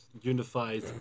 unified